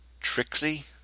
Trixie